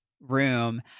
room